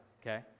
okay